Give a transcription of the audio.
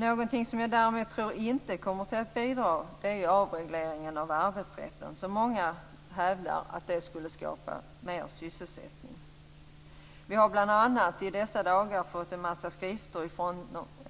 Något som jag däremot inte tror kommer att bidra är avregleringen av arbetsrätten. Många hävdar att det skulle skapa mer sysselsättning. Vi har bl.a. i dessa dagar fått en mängd skrifter från